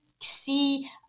see